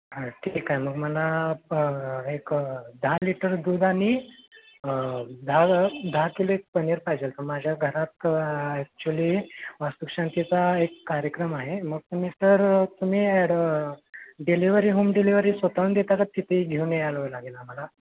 हां ठीकय काय मग मला प एक दहा लिटर दूध आणि दहा दहा किलो एक पनीर पाहिजेल कारण माझ्या घरात ॲक्च्युली वास्तूशांतीचा एक कार्यक्रम आहे मग तुम्ही सर तुम्ही ॲड डिलिवरी होम डिलिवरी स्वत हून देता का तिथे घेऊन यावं लागेल आम्हाला